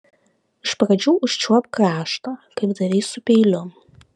iš pradžių užčiuopk kraštą kaip darei su peiliu